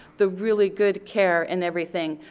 the really good care and everything.